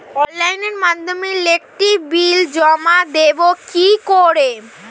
অনলাইনের মাধ্যমে electric bill জমা দেবো কি করে?